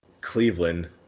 Cleveland